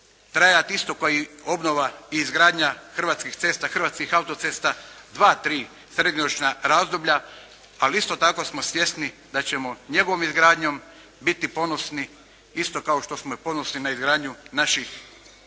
trajati isto koliko i obnova i izgradnja Hrvatskih cesta, Hrvatskih autocesta 2, 3 srednjoročna razdoblja. Ali isto tako smo svjesni da ćemo njegovom izgradnjom biti ponosni, isto kao što smo i ponosni na izgradnju naših autocesta.